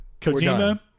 Kojima